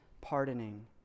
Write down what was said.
pardoning